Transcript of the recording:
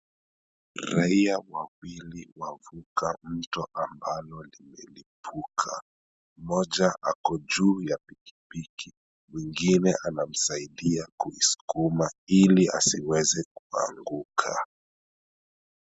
Raia wawili wavuka mto ambalo limelipuka. Mmoja ako juu ya pikipiki, mwingine anamsaidia kuisukuma ili asiweze kuanguka.